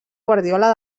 guardiola